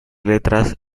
letras